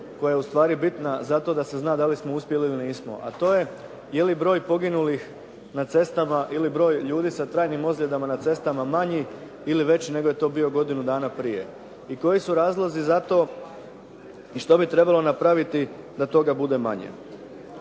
koja je ustvari bitna zato da se zna da li smo uspjeli ili nismo a to je je li broj poginulih na cestama ili broj ljudi sa trajnim ozljedama na cestama manji ili veći nego je to bio godinu dana prije, i koji su razlozi za to i što bi trebalo napraviti da toga bude manje.